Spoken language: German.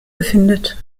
befindet